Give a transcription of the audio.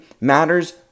matters